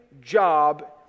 job